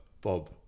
Bob